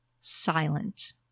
silent